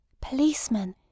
Policeman